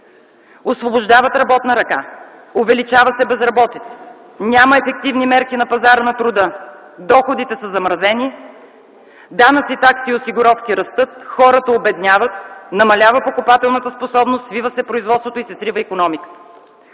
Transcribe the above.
освобождават работна ръка; увеличава се безработицата; няма ефективни мерки на пазара на труда; доходите са замразени; данъци, такси и осигуровки – растат; хората обедняват; намалява покупателната способност; свива се производството и се срива икономиката.